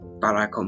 para